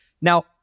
Now